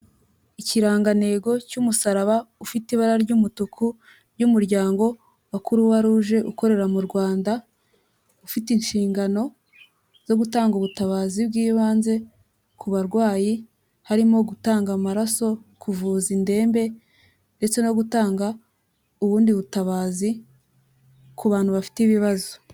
Ikirangantego cy'umusaraba ufite ibara ry'umutuku ry'umuryango wa croix rouge ukorera mu Rwanda, ufite inshingano zo gutanga ubutabazi bw'ibanze ku barwayi harimo gutanga amaraso, kuvuza indembe ndetse no gutanga ubundi butabazi ku bantu bafite ibibazo.